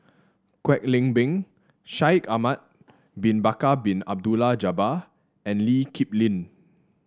Kwek Leng Beng Shaikh Ahmad Bin Bakar Bin Abdullah Jabbar and Lee Kip Lin